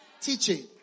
teaching